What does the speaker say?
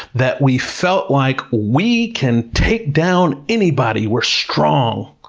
that we felt like we can take down anybody! we're strong.